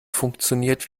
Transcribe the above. funktioniert